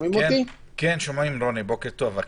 בוקר טוב.